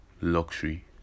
luxury